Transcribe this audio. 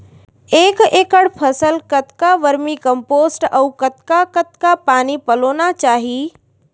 एक एकड़ फसल कतका वर्मीकम्पोस्ट अऊ कतका कतका पानी पलोना चाही?